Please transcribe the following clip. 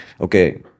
okay